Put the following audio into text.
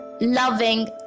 loving